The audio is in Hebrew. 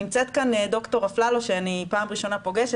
נמצאת כאן ד"ר אפללו שאני פוגעת פעם ראשונה,